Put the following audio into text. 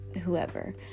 whoever